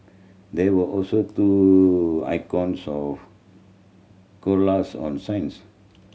there were also two icons of koalas on signs